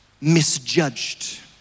misjudged